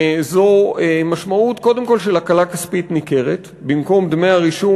זו משמעות קודם כול של הקלה כספית ניכרת: במקום דמי הרישום